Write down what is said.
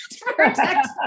protect